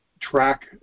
track